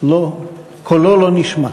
קולו לא נשמע.